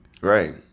Right